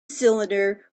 cylinder